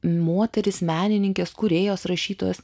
moterys menininkės kūrėjos rašytojos